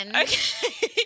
Okay